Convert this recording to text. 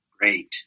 Great